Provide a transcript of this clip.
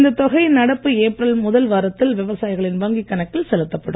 இந்த தொகை நடப்பு ஏப்ரல் முதல் வாரத்தில் விவசாயிகளின் வங்கிக் கணக்கில் செலுத்தப்படும்